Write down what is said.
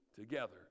together